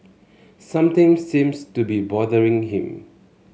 something seems to be bothering him